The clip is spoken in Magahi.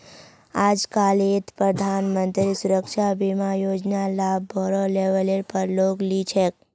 आजकालित प्रधानमंत्री सुरक्षा बीमा योजनार लाभ बोरो लेवलेर पर लोग ली छेक